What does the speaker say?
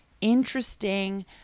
interesting